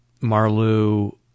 Marlou